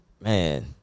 Man